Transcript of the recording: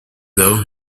though